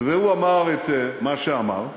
והוא אמר את מה שאמר,